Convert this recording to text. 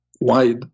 wide